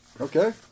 Okay